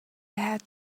had